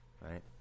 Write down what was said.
Right